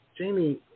Jamie